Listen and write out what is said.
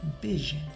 vision